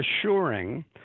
assuring